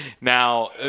Now